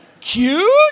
cute